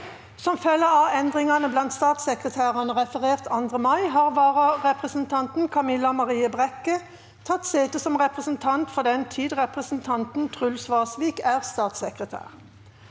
Som følge av endringene blant statssekretærene, referert 2. mai, har vararepresentanten Camilla Maria Brekke tatt sete som representant for den tid represen- tanten Truls Vasvik er statssekretær.